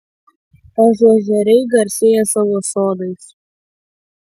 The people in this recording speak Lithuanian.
ažuožeriai garsėja savo sodais